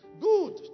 good